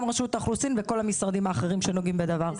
גם רשות האוכלוסין וההגירה וכל המשרדים האחרים שנוגעים בדבר,